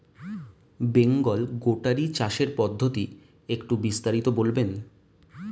Bengal goatery চাষের পদ্ধতি একটু বিস্তারিত বলবেন?